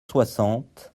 soixante